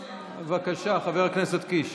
--- בבקשה, חבר הכנסת קיש.